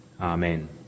Amen